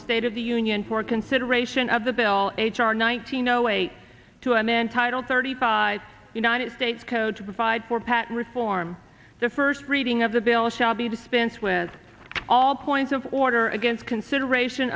the state of the union for consideration of the bill h r one thousand no way to a man title thirty five united states code to provide for patent reform the first reading of the bill shall be dispensed with all points of order against consideration